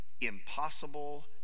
impossible